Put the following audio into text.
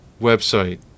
website